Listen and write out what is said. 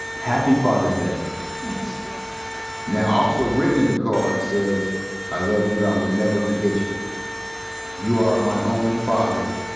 happy father's day nice now also written in the card, it says i love you and i will never forget you you are my only father,